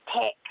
tech